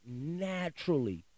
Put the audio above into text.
naturally